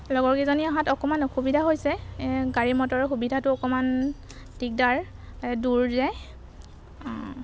লগৰকেইজনী অহাত অকণমান অসুবিধা হৈছে গাড়ী মটৰৰ সুবিধাটো অকণমান দিগদাৰ দূৰ যে